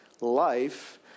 life